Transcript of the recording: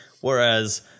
whereas